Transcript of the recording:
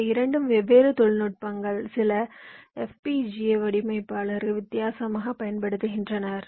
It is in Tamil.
இவை இரண்டும் வெவ்வேறு தொழில்நுட்பங்கள் சில FPGA வடிவமைப்பாளர்கள் வித்தியாசமாகப் பயன்படுத்துகின்றனர்